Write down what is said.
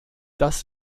das